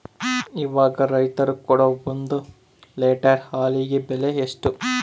ಇವಾಗ ರೈತರು ಕೊಡೊ ಒಂದು ಲೇಟರ್ ಹಾಲಿಗೆ ಬೆಲೆ ಎಷ್ಟು?